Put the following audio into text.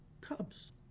cubs